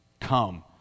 Come